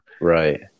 Right